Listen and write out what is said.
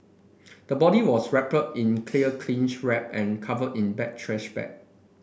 the body was wrapped in clear cling wrap and covered in black trash bag